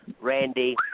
Randy